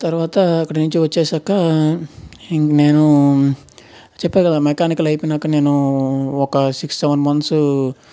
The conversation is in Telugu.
తర్వాత అక్కడి నుంచి వచ్చేసాక ఇంక నేను చెప్పా కదా మెకానికల్ అయిపోయాక నేను ఒక సిక్స్ సెవెన్ మంత్స్